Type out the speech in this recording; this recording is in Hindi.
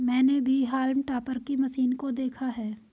मैंने भी हॉल्म टॉपर की मशीन को देखा है